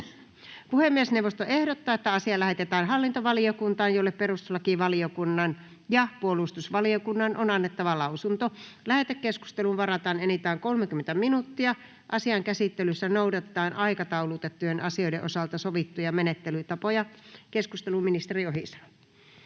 Puhemiesneuvosto ehdottaa, että asia lähetetään sivistysvaliokuntaan, jolle perustuslakivaliokunnan on annettava lausunto. Lähetekeskusteluun varataan enintään 30 minuuttia. Asian käsittelyssä noudatetaan aikataulutettujen asioiden osalta sovittuja menettelytapoja. — Ministeri Andersson,